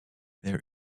their